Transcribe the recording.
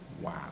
wow